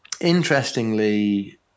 Interestingly